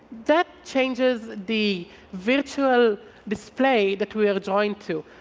that changes the virtual display that we are drawing to.